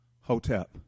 Hotep